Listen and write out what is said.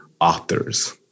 authors